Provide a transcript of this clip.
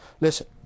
Listen